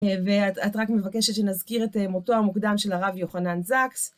ואת רק מבקשת שנזכיר את מותו המוקדם של הרב יוחנן זקס.